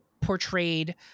portrayed